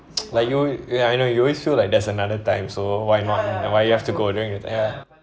like you ya I know you always feel like there's another time so why not why why you have to go during that ya